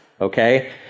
Okay